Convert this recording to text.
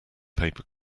paper